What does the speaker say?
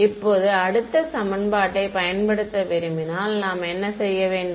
இப்போது அடுத்த சமன்பாட்டைப் பயன்படுத்த விரும்பினால் நாம் என்ன செய்ய வேண்டும்